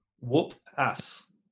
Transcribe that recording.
Whoop-Ass